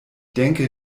denke